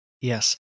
Yes